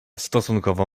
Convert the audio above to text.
stosunkowo